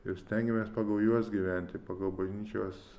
ir stengiamės pagal juos gyventi pagal bažnyčios